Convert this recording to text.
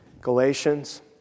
Galatians